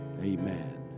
amen